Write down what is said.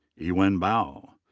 yiwen bao.